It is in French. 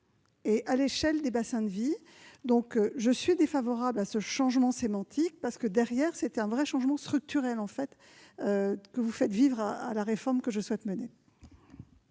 et à l'échelle des bassins de vie. Je suis opposée à ce changement sémantique, car, derrière, c'est un véritable changement structurel que vous feriez vivre à la réforme que je souhaite mener.